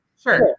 Sure